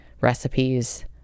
recipes